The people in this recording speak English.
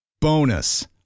Bonus